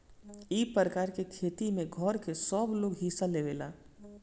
ई प्रकार के खेती में घर के सबलोग हिस्सा लेवेला